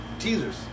teasers